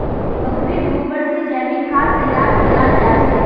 बकरीर गोबर से जैविक खाद तैयार कियाल जा छे